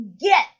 get